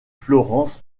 florence